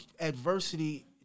adversity